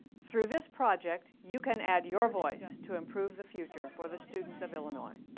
through this project, you can add your voice to improve the future for the students of illinois.